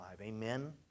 amen